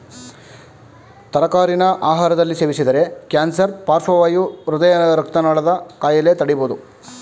ತರಕಾರಿನ ಆಹಾರದಲ್ಲಿ ಸೇವಿಸಿದರೆ ಕ್ಯಾನ್ಸರ್ ಪಾರ್ಶ್ವವಾಯು ಹೃದಯ ರಕ್ತನಾಳದ ಕಾಯಿಲೆ ತಡಿಬೋದು